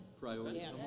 Priority